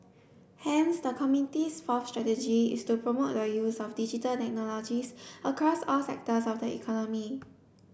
hence the committee's fourth strategy is to promote the use of Digital Technologies across all sectors of the economy